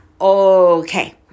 okay